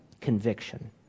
conviction